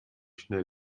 schnell